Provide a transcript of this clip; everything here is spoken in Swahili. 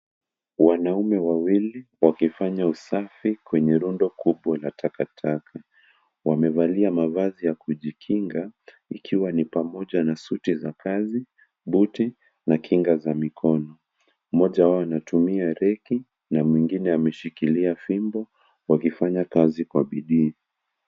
Wanaume wawili wakifanya usafi kwenye rundo kubwa la takataka, wamevalia mavazi ya kujikinga ikiwa ni pamoja na suti za kazi buti na kinga za mikono mmoja wao anatumia reki na mwingine ameshikilia fimbo wakifanya kazi kwa bidii.